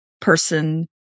person